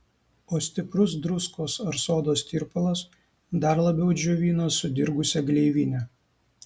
o stiprus druskos ar sodos tirpalas dar labiau džiovina sudirgusią gleivinę